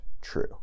true